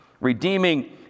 Redeeming